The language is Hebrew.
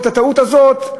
או את הטעות הזאת,